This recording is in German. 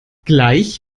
gleich